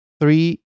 three